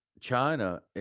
China